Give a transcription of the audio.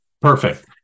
Perfect